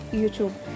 YouTube